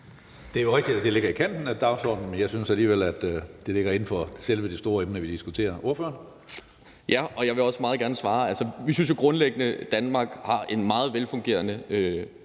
Det er jo rigtigt, at det ligger i kanten af dagsordenen, men jeg synes alligevel, at det ligger inden for selve det store emne, vi diskuterer. Ordføreren. Kl. 13:09 Sigurd Agersnap (SF): Jeg vil også meget gerne svare. Altså, vi synes jo grundlæggende, at Danmark har en meget velfungerende